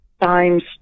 times